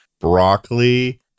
broccoli